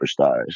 superstars